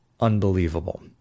unbelievable